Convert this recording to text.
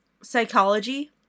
psychology